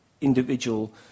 individual